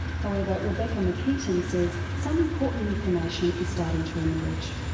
however rebecca mcketin says some important information is starting to emerge.